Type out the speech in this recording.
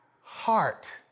heart